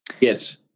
Yes